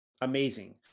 amazing